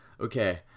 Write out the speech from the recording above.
Okay